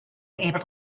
able